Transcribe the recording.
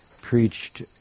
preached